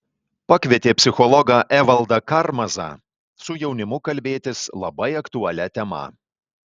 pakvietė psichologą evaldą karmazą su jaunimu kalbėtis labai aktualia tema